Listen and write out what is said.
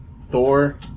Thor